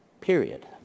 period